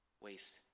waste